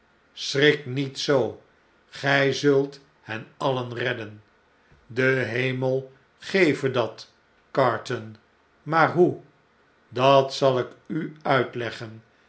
schrik nietzoo gjj zult hen alien redden de hemel geve dat carton maar hoe dat zal ik u uitleggen